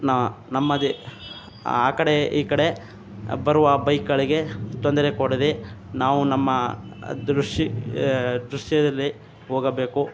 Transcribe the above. ನಾನು ನಮ್ಮದೆ ಆ ಕಡೆ ಈ ಕಡೆ ಬರುವ ಬೈಕ್ಗಳಿಗೆ ತೊಂದರೆ ಕೊಡದೇ ನಾವು ನಮ್ಮ ದೃಷ್ಟಿ ದೃಶ್ಯದಲ್ಲೇ ಹೋಗಬೇಕು